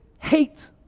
Hate